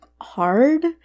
hard